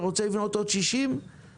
אתה רוצה לבנות עוד 60 בבקשה,